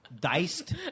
diced